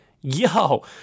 yo